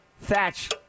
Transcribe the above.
thatch